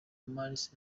mars